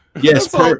Yes